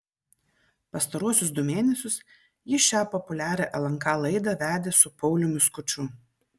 pastaruosius du mėnesius ji šią populiarią lnk laidą vedė su pauliumi skuču